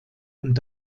und